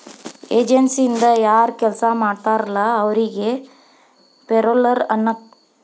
ಏಜನ್ಸಿಯಿಂದ ಯಾರ್ ಕೆಲ್ಸ ಮಾಡ್ತಾರಲ ಅವರಿಗಿ ಪೆರೋಲ್ಲರ್ ಅನ್ನಲ್ಲ